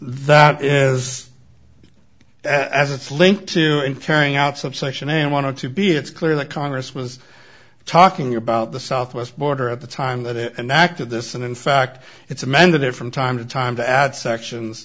that is as it's linked to carrying out subsection a i want to be it's clear that congress was talking about the southwest border at the time that it and the act of this and in fact it's amended there from time to time to add sections